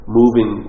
moving